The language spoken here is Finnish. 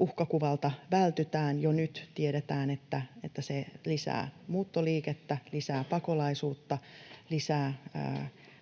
uhkakuvalta vältytään. Jo nyt tiedetään, että se lisää muuttoliikettä, lisää pakolaisuutta, lisää